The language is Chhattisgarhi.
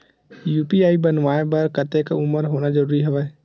यू.पी.आई बनवाय बर कतेक उमर होना जरूरी हवय?